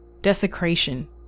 Desecration